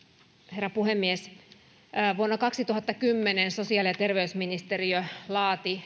herra puhemies vuonna kaksituhattakymmenen sosiaali ja terveysministeriö laati